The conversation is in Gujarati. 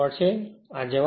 તેથી આ જવાબ છે